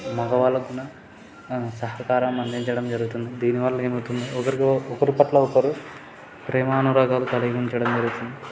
మగవాళ్ళు కూడా సహకారం అందించడం జరుగుతుంది దీనివల్ల ఏమవుతుంది ఒకరికో ఒకరి పట్ల ఒకరు ప్రేమానురాగాలు కలిగి ఉంచడం జరుగుతుంది